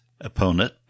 opponent